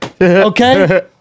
okay